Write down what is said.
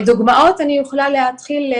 דוגמאות, אני יכולה להתחיל.